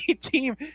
team